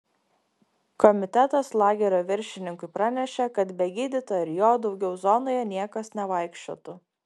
komitetas lagerio viršininkui pranešė kad be gydytojo ir jo daugiau zonoje niekas nevaikščiotų